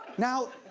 now,